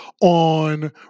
on